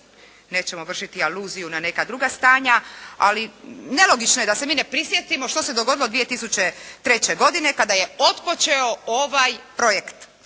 nećemo vršiti aluziju na neka druga stanja, ali nelogično je da se mi ne prisjetimo što se dogodilo 2003. godine kada je otpočeo ovaj projekt